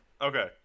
Okay